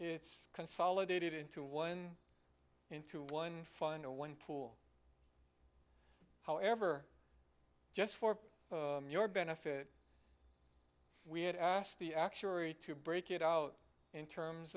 consolidated into one into one final one pool however just for your benefit we had asked the actuary to break it out in terms